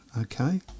Okay